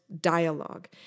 dialogue